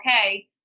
okay